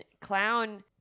Clown